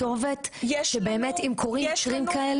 כתובת שבאמת אם קורים מקרים כאלה?